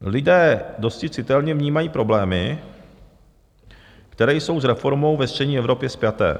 Lidé dosti citelně vnímají problémy, které jsou s reformou ve střední Evropě spjaté.